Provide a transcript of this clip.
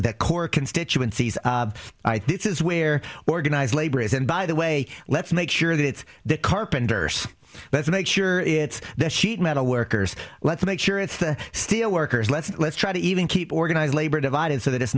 that core constituencies i think is where organized labor is and by the way let's make sure that the carpenters but make sure it's the sheet metal workers let's make sure it's the steel workers let's let's try to even keep organized labor divided so that i